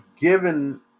given